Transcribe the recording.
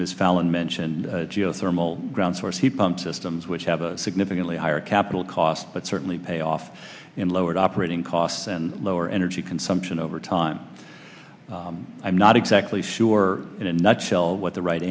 fallon mentioned geothermal ground source heat pump systems which have a significantly higher capital cost but certainly pay off in lower operating costs and lower energy consumption over time i'm not exactly sure in a nutshell what the right